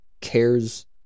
cares